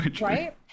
Right